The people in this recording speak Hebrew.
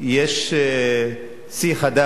יש שיא חדש,